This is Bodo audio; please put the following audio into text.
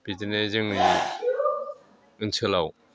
बिदिनो जोंनि ओनसोलाव